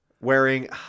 wearing